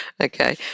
Okay